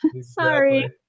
Sorry